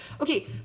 Okay